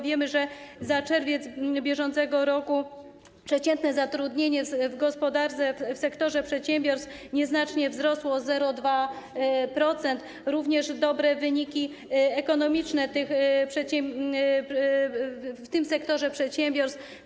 Wiemy, że za czerwiec br. przeciętne zatrudnienie w gospodarce w sektorze przedsiębiorstw nieznacznie wzrosło, o 0,2%, również dobre są wyniki ekonomiczne w sektorze przedsiębiorstw.